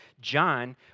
John